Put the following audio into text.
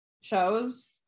shows